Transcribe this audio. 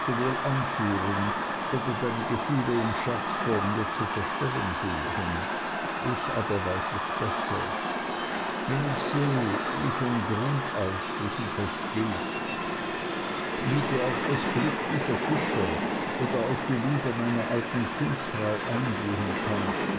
wohl anführen oder deine gefühle im scherz vor mir zu verstellen suchen ich aber weiß es besser wenn ich sehe wie von grund aus du sie verstehst wie du auf das glück dieser fischer oder auf die liebe meiner alten kindsfrau eingehen kannst